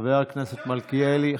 חבר הכנסת מלכיאלי.